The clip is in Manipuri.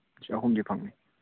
ꯁꯤ ꯑꯍꯨꯝꯗꯤ ꯐꯪꯅꯤ